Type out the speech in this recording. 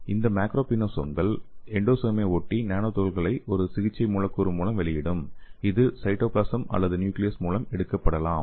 இந்த மேக்ரோபினோசோம்கள் எண்டோசோமை எட்டி நானோ துகள்களை ஒரு சிகிச்சை மூலக்கூறு மூலம் வெளியிடும் இது சைட்டோபிளாசம் அல்லது நியூக்லியஸ் மூலம் எடுக்கப்படலாம்